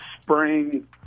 spring